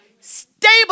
stable